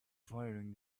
firing